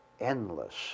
endless